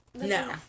No